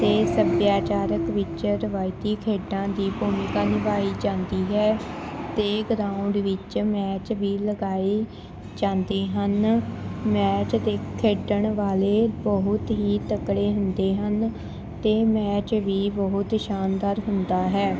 ਅਤੇ ਸੱਭਿਆਚਾਰਕ ਵਿੱਚ ਰਵਾਇਤੀ ਖੇਡਾਂ ਦੀ ਭੂਮਿਕਾ ਨਿਭਾਈ ਜਾਂਦੀ ਹੈ ਅਤੇ ਗਰਾਊਂਡ ਵਿੱਚ ਮੈਚ ਵੀ ਲਗਾਏ ਜਾਂਦੇ ਹਨ ਮੈਚ ਦੇ ਖੇਡਣ ਵਾਲੇ ਬਹੁਤ ਹੀ ਤਕੜੇ ਹੁੰਦੇ ਹਨ ਅਤੇ ਮੈਚ ਵੀ ਬਹੁਤ ਸ਼ਾਨਦਾਰ ਹੁੰਦਾ ਹੈ